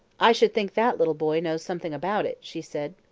i should think that little boy knows something about it, she said.